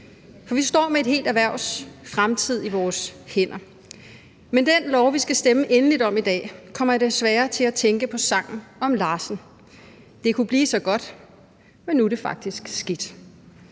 for vi står med et helt erhvervs fremtid i vores hænder. Med den lov, som vi skal stemme endeligt om i dag, kommer jeg desværre til at tænke på »Sangen om Larsen«; »Det sku' vær' så godt og så' det faktisk skidt«.